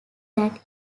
that